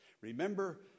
Remember